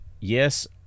yes